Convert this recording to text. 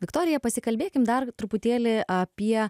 viktorija pasikalbėkim dar truputėlį apie